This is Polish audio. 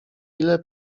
ile